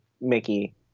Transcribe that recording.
Mickey